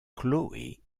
chloé